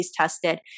tested